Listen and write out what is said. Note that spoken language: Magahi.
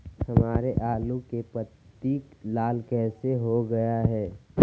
हमारे आलू की पत्ती लाल कैसे हो गया है?